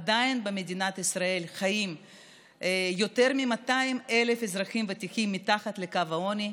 עדיין במדינת ישראל חיים יותר מ-200,000 אזרחים ותיקים מתחת לקו העוני,